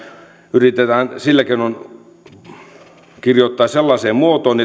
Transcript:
yritetään kirjoittaa sellaiseen muotoon